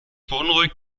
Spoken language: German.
beunruhigt